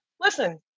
Listen